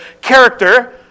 character